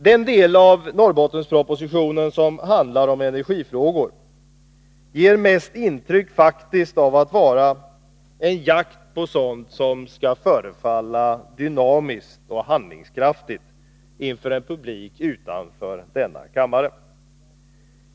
Den del av Norrbottenpropositionen som handlar om energifrågor ger faktiskt mest intryck av att vara en jakt på sådant som skall förefalla dynamiskt och handlingskraftigt inför en publik utanför denna kammare.